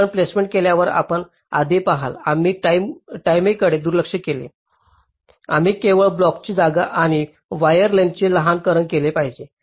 आपण प्लेसमेंट केल्यावर आपण आधी पहाल आम्ही टाईमेकडे दुर्लक्ष केले आम्ही केवळ ब्लॉकची जागा आणि वायर लेंग्थसचे लहानकरण पाहिले